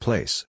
Place